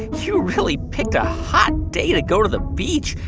you really picked a hot day to go to the beach.